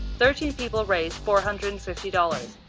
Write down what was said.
thirteen people raised four hundred and fifty dollars.